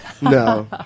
No